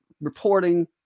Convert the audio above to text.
reporting